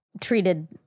Treated